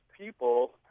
people